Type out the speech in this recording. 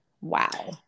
Wow